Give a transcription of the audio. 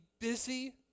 busy